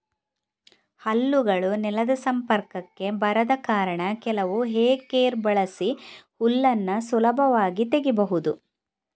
ಹಲ್ಲುಗಳು ನೆಲದ ಸಂಪರ್ಕಕ್ಕೆ ಬರದ ಕಾರಣ ಕೆಲವು ಹೇ ರೇಕ್ ಬಳಸಿ ಹುಲ್ಲನ್ನ ಸುಲಭವಾಗಿ ತೆಗೀಬಹುದು